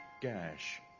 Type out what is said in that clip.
gash